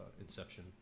inception